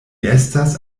estas